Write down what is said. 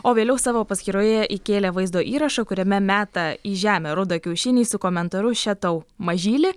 o vėliau savo paskyroje įkėlė vaizdo įrašą kuriame meta į žemę rudą kiaušinį su komentaru še tau mažyli